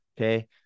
Okay